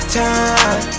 time